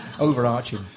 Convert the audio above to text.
Overarching